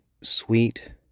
sweet